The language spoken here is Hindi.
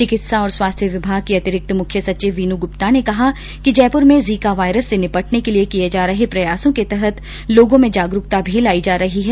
चिकित्सा और स्वास्थ्य विभाग की अतिरिक्त मुख्य सचिव वीनू गुप्ता ने कहा है कि जयपुर में जीका वायरस से निपटने के लिए किए जा रहे प्रयासों के तहत लोगों में जागरूकता भी लाई जा रही है